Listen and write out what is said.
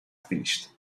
finished